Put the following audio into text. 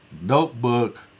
notebook